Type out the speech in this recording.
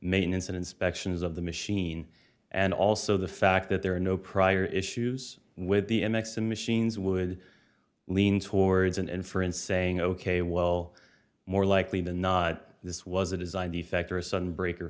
maintenance and inspections of the machine and also the fact that there are no prior issues with the x the machines would lean towards an inference saying ok well more likely than not this was a design defect or a sudden break